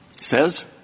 says